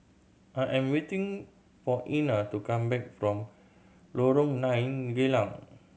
I am waiting for Ina to come back from Lorong Nine Geylang